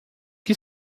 que